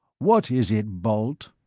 what is it, balt?